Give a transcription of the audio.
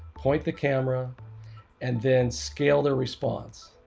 point the camera and then scale their response.